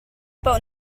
poh